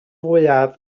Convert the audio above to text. fwyaf